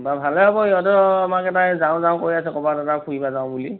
বাৰু ভালে হ'ব সিহঁতে আমাৰ কেইটাও যাওঁ যাওঁ কৰি আছে ক'ৰবাত ফুৰিব যাওঁ বুলি